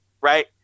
right